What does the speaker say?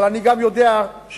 אבל אני גם יודע שתוכניות